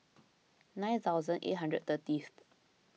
nine thousand eight hundred thirtieth